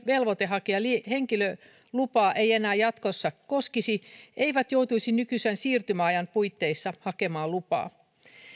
velvoite hakea henkilölupa ei enää jatkossa koskisi eivät joutuisi nykyisen siirtymäajan puitteissa hakemaan lupaa